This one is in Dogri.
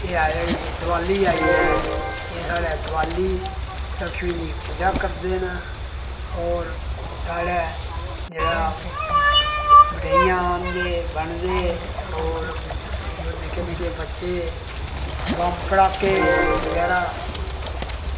एह् आई देआली आई ऐ एह् साढ़े देआली लक्ष्मी दी पूजा करदे न होर साढ़े जेह्ड़ा मठाइयां आह्नदे बंडदे होर निक्के निक्के बच्चे बम्ब पटाखे बगैरा